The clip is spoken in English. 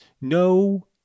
no